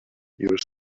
your